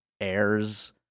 heirs